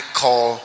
call